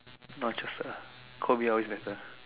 not interested ah Kobe always better